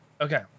Okay